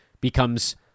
becomes